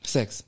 Sex